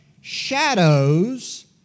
shadows